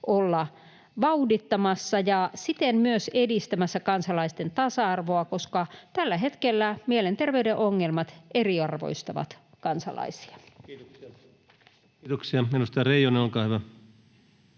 olla vauhdittamassa ja siten myös edistämässä kansalaisten tasa-arvoa, koska tällä hetkellä mielenterveyden ongelmat eriarvoistavat kansalaisia. [Speech